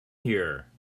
here